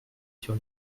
sur